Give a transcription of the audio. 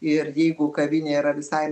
ir jeigu kavinė yra visai